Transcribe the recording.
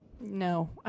No